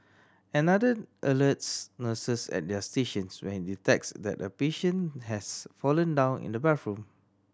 another alerts nurses at their stations when it detects that a patient has fallen down in the bathroom